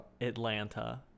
Atlanta